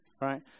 right